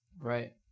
Right